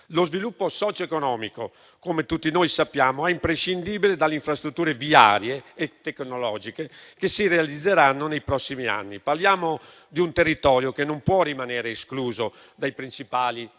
Lo sviluppo socio-economico - come tutti sappiamo - non può prescindere dalle infrastrutture viarie e tecnologiche che si realizzeranno nei prossimi anni. Parliamo di un territorio che non può rimanere escluso dai principali corridoi